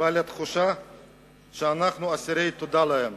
התחושה שאנחנו אסירי תודה להם.